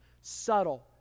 subtle